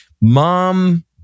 mom